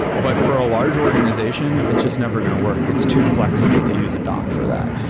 but for a large organization, it's just never going to work. it's too fl exible to use a dock for that.